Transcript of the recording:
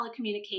Telecommunication